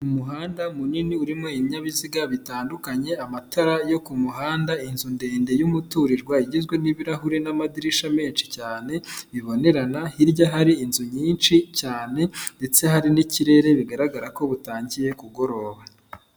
Umuhanda munini urimo ibinyabiziga bitandukanye, amatara yo ku muhanda, inzu ndende y'umuturirwa igizwe n'ibirahuri n'amadirishya menshi cyane bibonerana, hirya hari inzu nyinshi cyane ndetse hari n'ikirere bigaragara ko butangiye kugoroba.